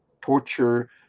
torture